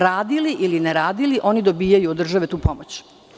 Radili, ili ne radili, oni dobijaju od države tu pomoć.